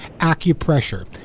acupressure